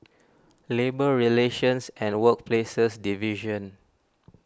Labour Relations and Workplaces Division